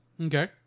Okay